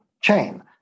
chain